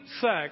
sex